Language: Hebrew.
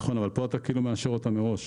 נכון, אבל כאן אתה כאילו מאשר אותן מראש.